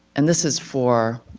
and this is for